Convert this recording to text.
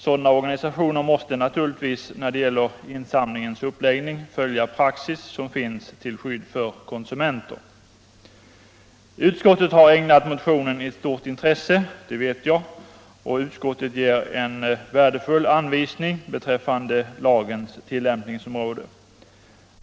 Sådana organisationer måste naturligtvis när det gäller insamlingens uppläggning följa den praxis som finns till skydd för konsumenter. Utskottet har ägnat motionen ett stort intresse — det vet jag — och utskottet ger en mycket värdefull anvisning beträffande lagens tillämpningsområde.